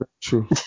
True